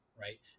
right